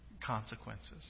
consequences